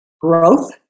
growth